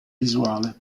visuale